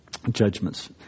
judgments